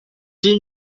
金融